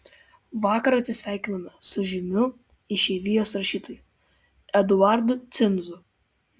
vakar atsisveikinome su žymiu išeivijos rašytoju eduardu cinzu